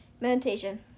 Meditation